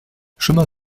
chemin